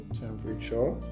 temperature